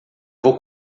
vou